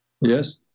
Yes